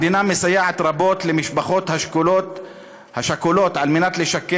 המדינה מסייעת רבות למשפחות השכולות על מנת לשקם